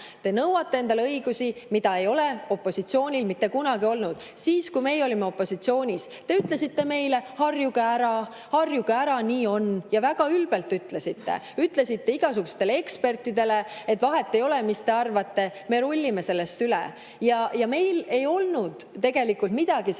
Te nõuate endale õigusi, mida opositsioonil ei ole mitte kunagi olnud. Kui meie olime opositsioonis, te ütlesite meile, et harjuge ära, harjuge ära, nii on. Väga ülbelt ütlesite. Ütlesite igasugustele ekspertidele, et vahet ei ole, mis te arvate, me rullime sellest üle. Meil ei olnud tegelikult midagi selle